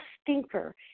stinker